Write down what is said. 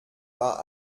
war